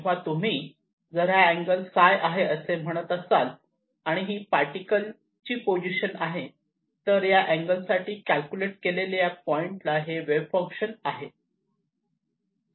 जेव्हा तुम्ही जर हा अँगल φ आहे असे म्हणत असाल आणि ही पार्टिकलची पोझिशन आहे तर या अँगल साठी कॅल्क्युलेट केलेले या पॉईंटला हे वेव्ह फंक्शन आहे